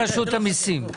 רשות המסים,